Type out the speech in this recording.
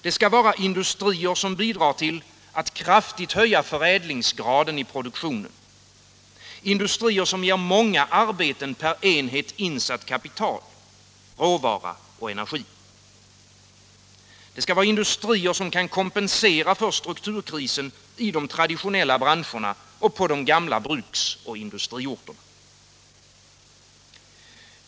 Det skall vara industrier som bidrar till att kraftigt höja förädlingsgraden i produktionen, industrier som ger många arbeten per enhet insatt kapital, råvara och energi, industrier som kan kompensera för strukturkrisen i de traditionella branscherna och på de gamla bruks och industriorterna.